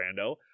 Brando